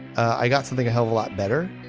i got something a whole lot better.